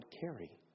carry